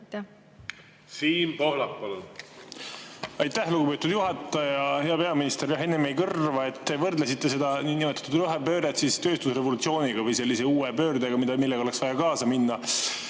Siim Pohlak, palun! Aitäh, lugupeetud juhataja! Hea peaminister! Enne jäi kõrva, et te võrdlesite seda niinimetatud rohepööret tööstusrevolutsiooniga või sellise uue pöördega, millega oleks vaja kaasa minna.